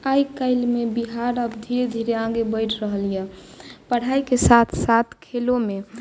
आइ काल्हिमे आब बिहार धीरे धीरे आगे बढ़ि रहल अछि पढ़ाइके साथ साथ खेलोमे